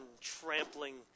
trampling